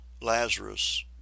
Lazarus